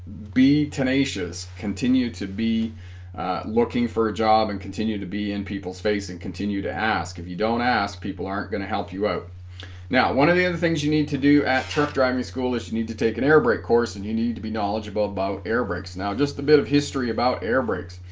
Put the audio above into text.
be tenacious continue to be looking for a job and continue to be in people's face and continue to ask if you don't ask people aren't gonna help you out now one of the other things you need to do at turf driving school is you need to take an airbrake course and you need to be knowledgeable about air brakes now just the bit of history about air brakes